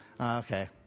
Okay